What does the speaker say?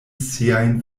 siajn